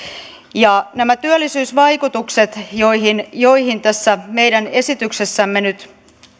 nämä työllisyysvaikutukset joihin joihin tässä meidän esityksessämme nyt